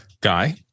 Guy